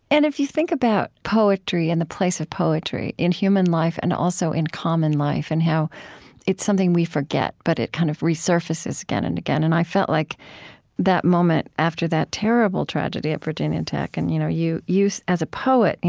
and if you think about poetry and the place of poetry in human life and also, in common life, and how it's something we forget, but it kind of resurfaces again and again, and i felt like that moment after that terrible tragedy at virginia tech, and you know you, as a poet,